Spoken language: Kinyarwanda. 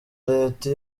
leta